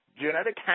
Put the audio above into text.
genetic